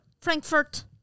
Frankfurt